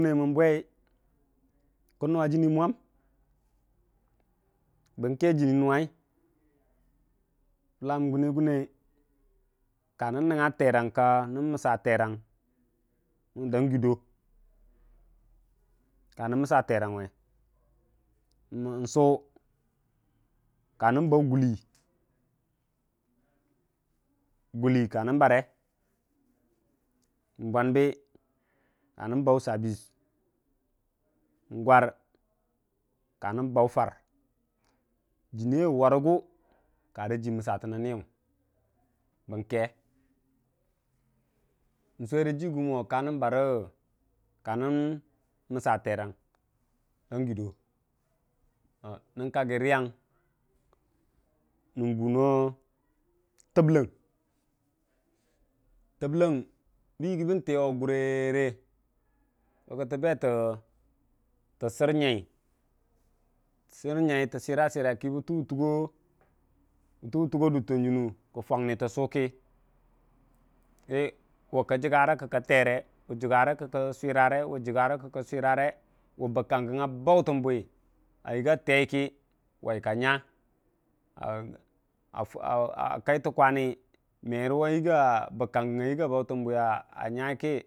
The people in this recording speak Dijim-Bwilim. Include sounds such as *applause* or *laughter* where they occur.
*hesitation* mən bwei kən nuwa jini wmam bən ke jənni nuwa fʊlla mən gunne gunneyʊ ka nən nəngga terang ka nən məssa terang dang gido neu kanən bau gʊli guli kanən bare ubwambi, kandu bau sabis ngwar, kanən bau jar jiniyaiye warəgu karəji məssatən na myu bən ke nsuwe rə jigu mong kanən məssa terang dan giddo kaggi rəyang nənbʊ noo təbləng təbləng bən yəgi bən teye wa gʊrere tə sər nyai tə səra- sərai bəta wutʊgo duttə ta junu kəi jwaunə təssu kə wukə jərə kə tere jəra kə kə surare wu bək kanggən a bautən bun a yəga teikə wai ka nya *hesitation* kaitə kwani merəwuwa yəgga bəkkaugdu a bautən bwi.